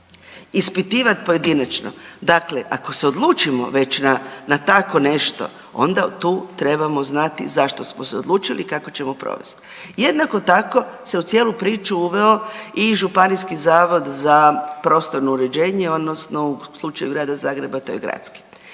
Ispitivati pojedinačno? Dakle, ako se odlučimo već na tako nešto, onda tu trebamo znati zašto smo se odlučili i kako ćemo provesti. Jednako tako se u cijelu priču uveo županijski zavod za prostorno uređenje odnosno u slučaju Grada Zagreba to je gradski,